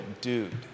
dude